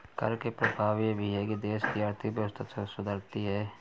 कर के प्रभाव यह भी है कि देश की आर्थिक व्यवस्था सुधरती है